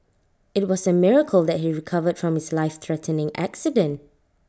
IT was A miracle that he recovered from his life threatening accident